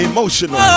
Emotional